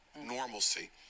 normalcy